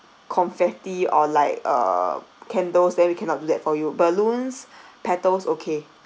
confetti or like uh candles then we cannot do that for you balloons petals okay